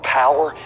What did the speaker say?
power